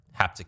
haptic